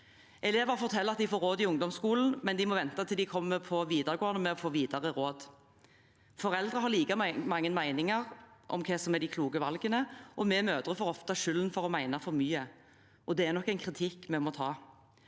Elever forteller at de får råd i ungdomsskolen, men at de må vente til de kommer på videregående med å få videre råd. Foreldre har like mange meninger om hva som er de kloke valgene. Vi mødre får ofte skylden for å mene for mye, og det er nok en kritikk vi må ta.